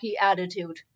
attitude